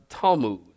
Talmud